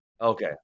okay